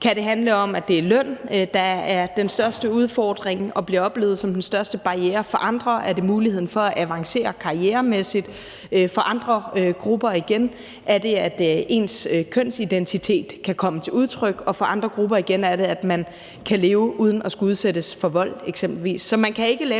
kan det handle om, at det er løn, der er den største udfordring og bliver oplevet som den største barriere; for andre er det muligheden for at avancere karrieremæssigt. For andre grupper igen er det, at ens kønsidentitet kan komme til udtryk, og for andre grupper igen er det, at man kan leve uden at skulle udsættes for vold eksempelvis.